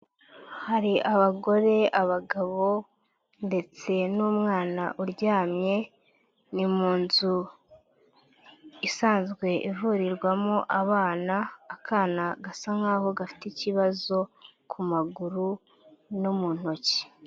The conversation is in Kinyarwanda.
Hari abagore, abagabo ndetse n'umwana uryamye, ni mu nzu isanzwe ivurirwamo abana, akana gasa nkaho gafite ikibazo ku maguru no mu ntoki.